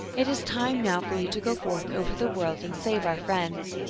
it is time now for you to go forth over the world and save our friends.